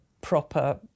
proper